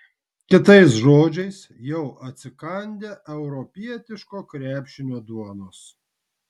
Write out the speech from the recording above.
kitais žodžiais jau atsikandę europietiško krepšinio duonos